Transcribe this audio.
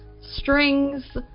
strings